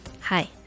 Hi